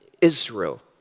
Israel